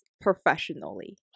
professionally